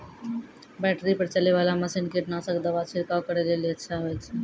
Battery पर चलै वाला मसीन कीटनासक दवा छिड़काव करै लेली अच्छा होय छै?